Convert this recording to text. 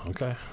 Okay